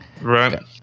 right